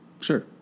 Sure